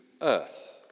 earth